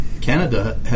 Canada